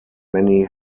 many